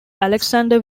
alexander